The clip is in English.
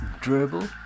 dribble